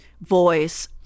voice